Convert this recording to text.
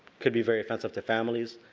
could be very offensive to families.